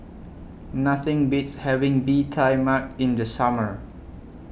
Nothing Beats having Bee Tai Mak in The Summer